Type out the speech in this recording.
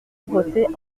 voté